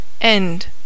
End